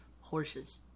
horses